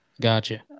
gotcha